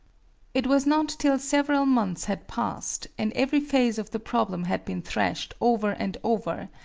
it was not till several months had passed, and every phase of the problem had been thrashed over and over,